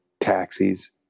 taxis